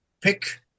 pick